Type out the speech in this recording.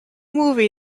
movie